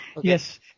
Yes